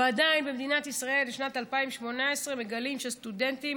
ובמדינת ישראל בשנת 2018 מגלים שסטודנטים